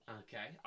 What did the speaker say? okay